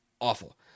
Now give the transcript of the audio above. awful